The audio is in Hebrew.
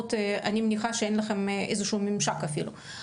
מסיומות אני בטוחה שאין לכם שום ממשק אפילו,